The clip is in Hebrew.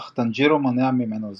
אך טאנג'ירו מונע ממנו זאת.